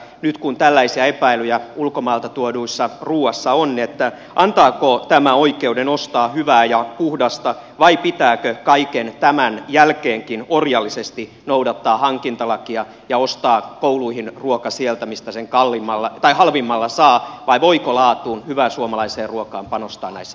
nyt kun tällaisia epäilyjä ulkomailta tuodussa ruuassa on antaako tämä oikeuden ostaa hyvää ja puhdasta vai pitääkö kaiken tämän jälkeenkin orjallisesti noudattaa hankintalakia ja ostaa kouluihin ruoka sieltä mistä sen halvimmalla saa vai voiko laatuun hyvään suomalaiseen ruokaan panostaa näissä hankinnoissa